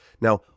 now